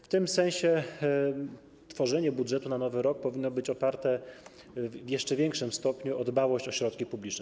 W tym sensie tworzenie budżetu na nowy rok powinno być oparte w jeszcze większym stopniu na dbałości o środki publiczne.